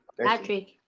Patrick